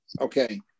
okay